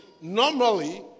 normally